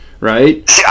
right